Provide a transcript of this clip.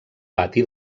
pati